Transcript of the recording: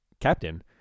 Captain